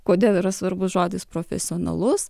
kodėl yra svarbus žodis profesionalus